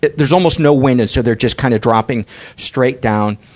there's almost no wind, and so they're just kind of dropping straight down.